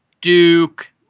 Duke